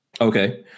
Okay